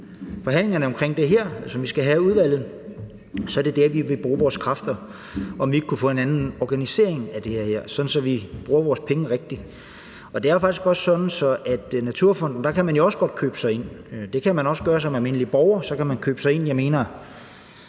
forhandlingerne omkring det her, som vi skal have i udvalget, så er det der, vi vil bruge vores kræfter, i forhold til om vi ikke kunne få en anden organisering af det her, så man bruger pengene rigtigt. Det er jo faktisk også sådan, at man også godt kan købe sig ind i Naturfonden; det kan man også gøre som almindelig borger. Jeg mener, at det er